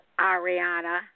Ariana